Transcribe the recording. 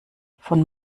von